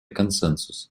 консенсуса